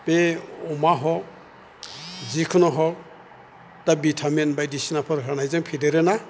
बे अमा हक जिखुनु हख दा भिटामिन बायदिसिनाफोर होनायजों फेदेरो ना